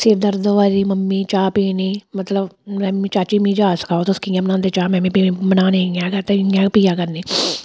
सिर दर्द होआ दी मम्मी चाह् पीनी मतलब में मी चाची मी जाच सखाओ तुस कि'यां बनांदे चाह् में बी पीनी बनानी इ'यां गै ते इ'यां गै पिया करनी